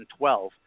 2012